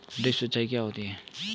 Drip सिंचाई क्या होती हैं?